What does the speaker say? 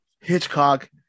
Hitchcock